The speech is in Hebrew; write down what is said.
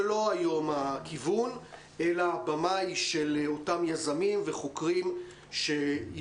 זה לא הכיוון היום אלא הבמה היא של אותם יזמים וחוקרים שישמיעו